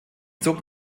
zog